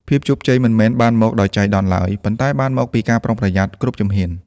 ភាពជោគជ័យមិនមែនបានមកដោយចៃដន្យឡើយ ប៉ុន្តែបានមកពីការប្រុងប្រយ័ត្នគ្រប់ជំហាន។